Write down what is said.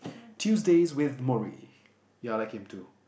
Tuesdays with Morrie ya I like him too